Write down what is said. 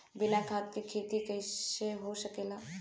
बिना खाद के खेती कइसे हो सकेला?